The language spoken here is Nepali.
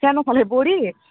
सानो खाले बोडी